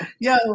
Yo